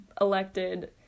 elected